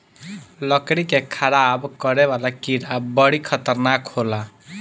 लकड़ी के खराब करे वाला कीड़ा बड़ी खतरनाक होला